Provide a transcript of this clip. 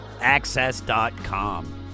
access.com